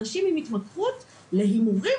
אנשים עם התמכרות להימורים,